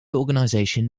organization